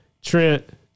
Trent